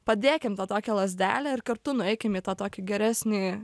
padėkim tą tokią lazdelę ir kartu nueikim į tą tokį geresnį